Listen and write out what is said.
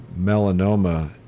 melanoma